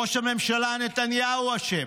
ראש הממשלה נתניהו אשם.